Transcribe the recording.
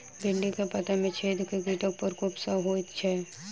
भिन्डी केँ पत्ता मे छेद केँ कीटक प्रकोप सऽ होइ छै?